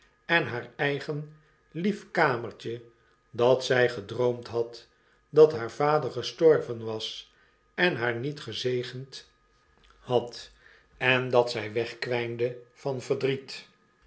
en haar eigen lief kamertje dat zjj gedroomd had dat haar vader gestorven was en haar niet gezegend had en dat zy wegkwjjnde van verdriet